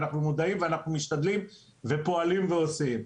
ואנחנו מודעים ואנחנו משתדלים ופועלים ועושים.